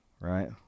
right